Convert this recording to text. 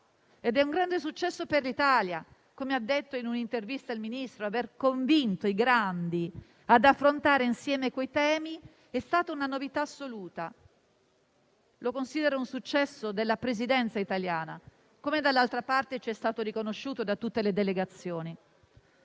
è un grande successo per l'Italia; come ha detto in un'intervista il Ministro, aver convinto i grandi ad affrontare insieme quei temi è stata una novità assoluta, da considerare come un successo della Presidenza italiana, come d'altra parte ci è stato riconosciuto da tutte le delegazioni.